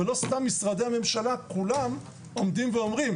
ולא סתם משרדי הממשלה כולם עומדים ואומרים,